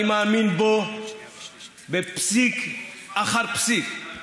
אני מאמין בו בפסיק אחר פסיק,